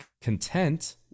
content